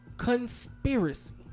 Conspiracy